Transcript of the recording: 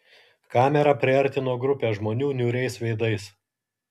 kamera priartino grupę žmonių niūriais veidais